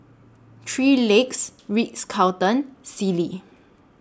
three Legs Ritz Carlton and Sealy